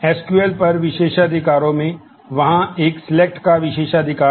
SQL विशेषाधिकार